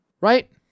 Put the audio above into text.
Right